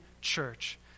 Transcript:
church